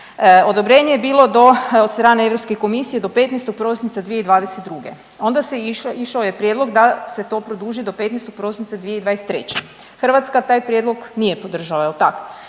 odobrenje je bilo do od strane Europske komisije do 15. prosinca 2022., onda je išao prijedlog da se to produži do 15. prosinca 2023., Hrvatska taj prijedlog nije podržala jel tak.